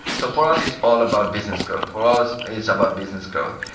so for us it's all about business growth. for us, it's about business growth.